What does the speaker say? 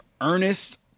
Ernest